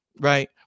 Right